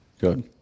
Good